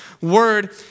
word